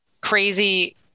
crazy